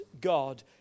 God